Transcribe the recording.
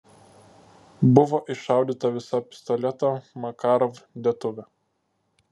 buvo iššaudyta visa pistoleto makarov dėtuvė